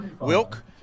Wilk